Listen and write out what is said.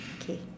okay